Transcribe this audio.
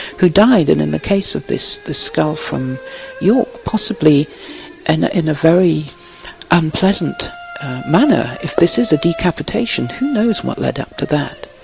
who died and in the case of this this skull from york possibly and in in a very unpleasant manner. if this is a decapitation, who knows what led up to that?